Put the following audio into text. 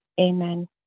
Amen